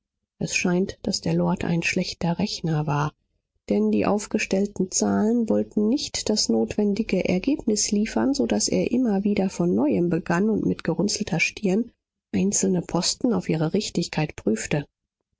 es scheint daß der lord ein schlechter rechner war denn die aufgestellten zahlen wollten nicht das notwendige ergebnis liefern so daß er immer wieder von neuem begann und mit gerunzelter stirn einzelne posten auf ihre richtigkeit prüfte